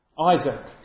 Isaac